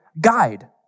guide